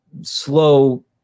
slow